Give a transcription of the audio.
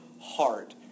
heart